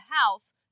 house